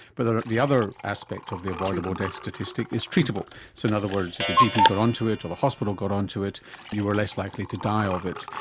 but the the other aspect of the avoidable death statistic is treatable, so in other words if your gp got onto it or the hospital got onto it you were less likely to die of it.